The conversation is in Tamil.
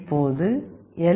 இப்போது எல்